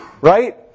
right